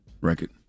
record